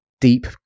deep